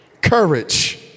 Courage